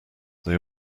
they